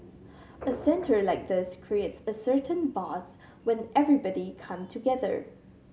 a centre like this creates a certain buzz when everybody come together